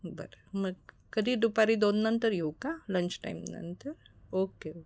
बरं मग कधी दुपारी दोननंतर येऊ का लंच टाईमनंतर ओके ओके